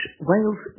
Wales